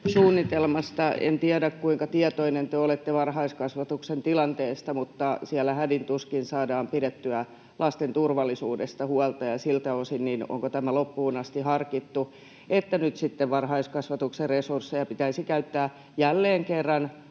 En tiedä, kuinka tietoinen te olette varhaiskasvatuksen tilanteesta, mutta kun siellä hädin tuskin saadaan pidettyä lasten turvallisuudesta huolta, niin onko tämä siltä osin loppuun asti harkittu, että nyt varhaiskasvatuksen resursseja pitäisi käyttää jälleen kerran